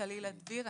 טלילה דביר,